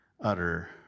utter